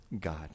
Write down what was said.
God